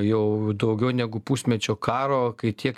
jau daugiau negu pusmečio karo kai tiek